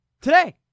Today